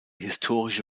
historische